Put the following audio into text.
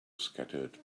scattered